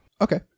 Okay